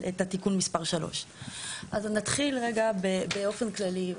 את תיקון מס' 3. נתחיל באופן כללי.